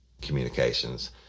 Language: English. communications